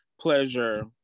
pleasure